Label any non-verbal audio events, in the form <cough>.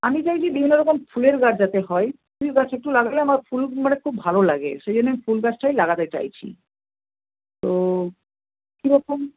আমি চাইছি বিভিন্ন রকম ফুলের গাছ যাতে হয় <unintelligible> গাছ একটু লাগালে আমার ফুল মানে খুব ভালো লাগে সেই জন্য আমি ফুলগাছটাই লাগাতে চাইছি তো কীরকম